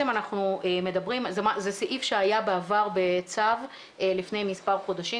זה סעיף שהיה בעבר בצו לפני מספר חודשים